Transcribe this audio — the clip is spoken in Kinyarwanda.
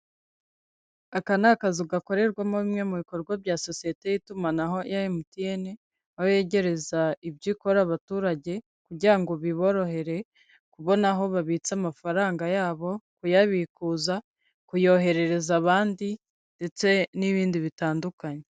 Aka ni akazu gakorerwamo bimwe mu bikorwa bya sosiyete y'itumanaho ya MTN, aho yegereza ibyo ikora abaturage kugira ngo biborohere kubona aho babitsa amafaranga yabo, kuyabikuza, kuyoherereza abandi ndetse n'ibindi bitandukanye.